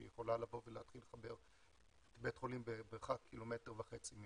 שהיא יכולה לבוא ולהתחיל לחבר בית חולים במרחק קילומטר וחצי,